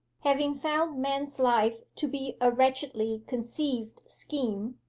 having found man's life to be a wretchedly conceived scheme,